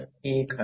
तर K 0